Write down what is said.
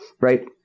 right